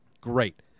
great